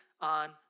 on